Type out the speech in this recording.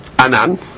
Anan